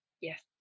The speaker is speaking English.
Yes